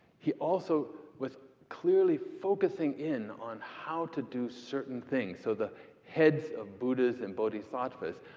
he also was clearly focusing in on how to do certain things. so the heads of buddhas and bodhisattvas,